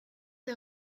des